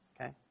okay